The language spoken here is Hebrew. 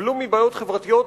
שסבלו מבעיות חברתיות